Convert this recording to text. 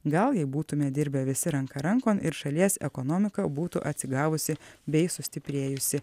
gal jei būtume dirbę visi ranka rankon ir šalies ekonomika būtų atsigavusi bei sustiprėjusi